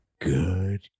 Good